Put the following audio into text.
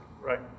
Right